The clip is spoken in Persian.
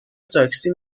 تاکسی